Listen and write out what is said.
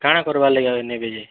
କା'ଣା କର୍ବାର୍ ଲାଗି ନେବେ ଯେ